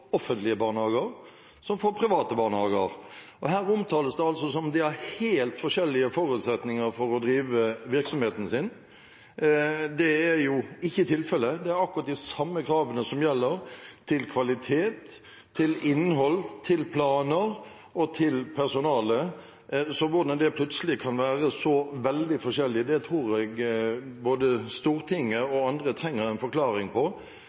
offentlige og private barnehager. Her omtales det som om de har helt forskjellige forutsetninger for å drive virksomheten sin. Det er jo ikke tilfellet. Det er akkurat de samme kravene som gjelder til kvalitet, innhold, planer og personale, så hvordan det plutselig kan være så veldig forskjellig, tror jeg både Stortinget og andre trenger en forklaring på.